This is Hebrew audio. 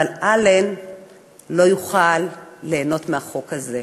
אבל אלן לא יוכל ליהנות מהחוק הזה.